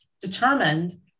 determined